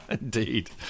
Indeed